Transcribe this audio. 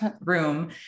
room